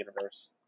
universe